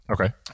Okay